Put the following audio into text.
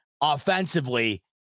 offensively